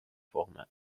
format